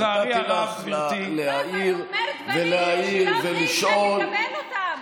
נתתי לך להעיר ולהעיר ולשאול,